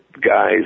guys